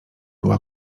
była